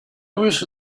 wish